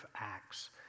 Acts